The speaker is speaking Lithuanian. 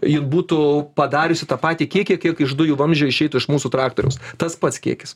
jin būtų padariusi tą patį kiekį kiek iš dujų vamzdžio išeitų iš mūsų traktoriaus tas pats kiekis